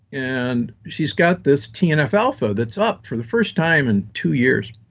and she's got this tnf alpha that's up for the first time in two years.